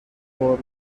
برد